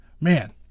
Man